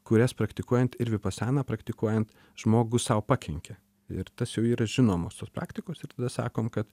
kurias praktikuojant ir vipasaną praktikuojant žmogus sau pakenkia ir tas jau yra žinomos tos praktikos ir tada sakom kad